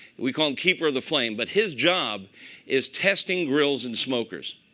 we call him keeper of the flame. but his job is testing grills and smokers.